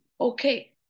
okay